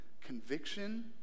conviction